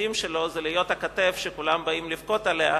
מהתפקידים שלו זה להיות הכתף שכולם באים לבכות עליה,